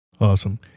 Awesome